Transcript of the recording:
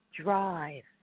drive